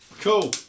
Cool